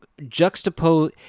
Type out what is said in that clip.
juxtapose